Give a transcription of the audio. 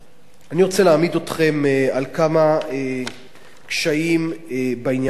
אני רוצה להעמיד אתכם על כמה קשיים בעניין הזה.